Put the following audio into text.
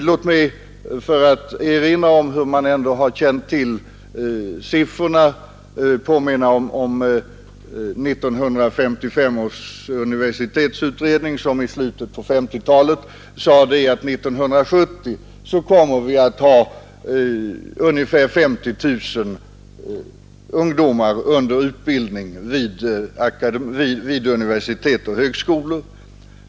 Låt mig för att erinra om hur man ändå har känt till siffrorna påminna om 1955 års universitetsutredning som i slutet av 1950-talet sade att vi 1970 kommer att ha ungefär 50 000 ungdomar under utbildning vid universitet och högskolor.